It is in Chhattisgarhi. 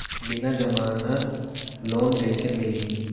बिना जमानत लोन कइसे मिलही?